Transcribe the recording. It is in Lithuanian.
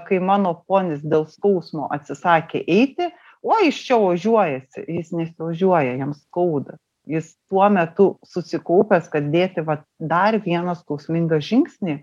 kai mano ponis dėl skausmo atsisakė eiti uoi jis čia ožiuojasi jis nesiožiuoja jam skauda jis tuo metu susikaupęs kad dėti va dar vieną skausmingą žingsnį